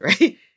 Right